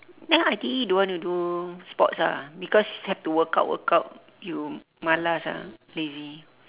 then I_T_E you don't want to do sports ah because have to work out work out you malas ah lazy